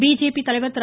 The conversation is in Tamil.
பிஜேபி தலைவர் திரு